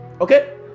okay